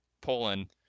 Poland